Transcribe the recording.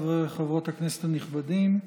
חברי וחברות הכנסת הנכבדים,